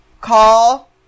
call